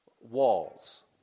walls